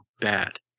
bad